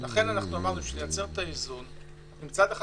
אמרנו שנייצר את האיזון: מצד אחד